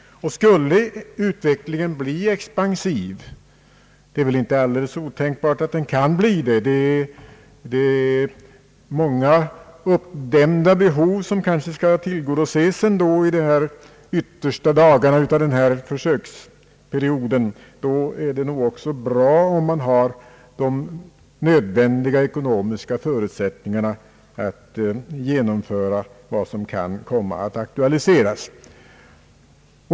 Skulle utvecklingen bli expansiv — det är inte otänkbart, det är många uppdämda behov som skall tillgodoses under dessa yttersta dagar av försöksperioden — är det också bra om man har de nödvändiga ekonomiska förutsättningarna att genomföra vad som kan komma att aktualiseras.